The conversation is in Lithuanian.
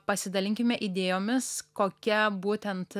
pasidalinkime idėjomis kokia būtent